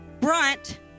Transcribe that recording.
brunt